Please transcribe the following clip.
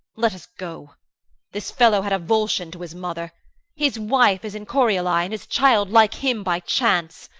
let us go this fellow had a volscian to his mother his wife is in corioli, and his child like him by chance